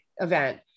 event